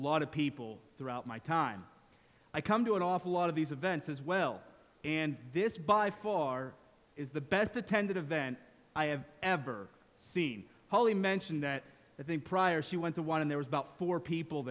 lot of people throughout my time i come to an awful lot of these events as well and this by far is the best attended event i have ever seen holly mentioned that i think prior she went to one and there was about four people